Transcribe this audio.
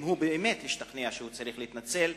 אם הוא באמת השתכנע שהוא צריך להתנצל,